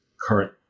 current